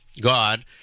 God